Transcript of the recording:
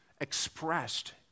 expressed